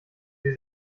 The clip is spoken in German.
sie